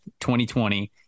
2020